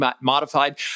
modified